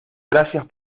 gracias